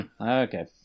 Okay